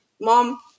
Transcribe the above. mom